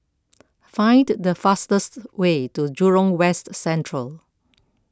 find the fastest way to Jurong West Central